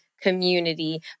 community